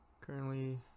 Currently